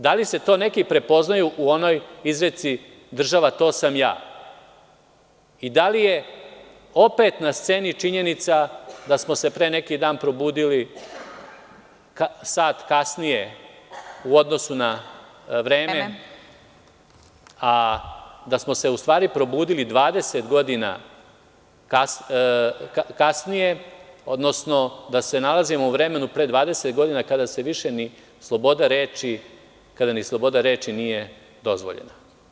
Da li se to neki prepoznaju u onoj izreci: „Država, to sam ja“ i da li je opet na sceni činjenica da smo se pre neki dan probudili sat kasnije u odnosu na vreme, a da smo se u stvari probudili 20 godina kasnije, odnosno da se nalazimo u vremenu pre 20 godina, kada više ni sloboda reči nije dozvoljena?